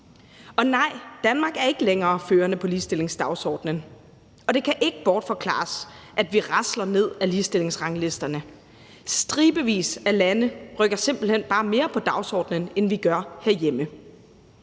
Og nej, Danmark er ikke længere førende på ligestillingsdagsordenen, og det kan ikke bortforklares, at vi rasler ned ad ligestillingsranglisterne. Stribevis af lande rykker simpelt hen bare mere på dagsordenen, end vi gør herhjemme.